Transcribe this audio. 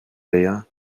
vea